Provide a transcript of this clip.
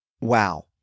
Wow